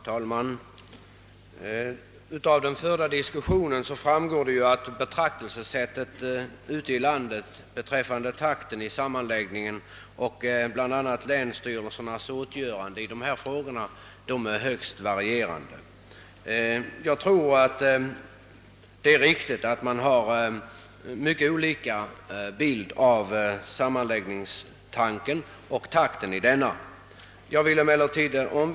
Herr talman! Av den förda diskussionen framgår att betraktelsesättet ute i landet beträffande takten av sammanslagningen och bl.a. länsstyrelsernas åtgöranden i dessa frågor är något varierande. Jag tror att det är riktigt att man har olika uppfattning om sammanläggningsarbetet och takten i detta.